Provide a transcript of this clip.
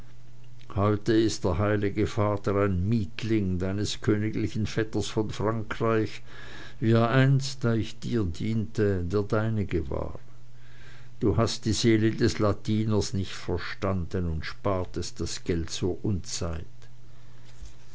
heute ist der heilige vater ein mietling deines königlichen vetters von frankreich wie er einst da ich dir diente der deinige war du hast die seele des latiners nicht verstanden und spartest das geld zur unzeit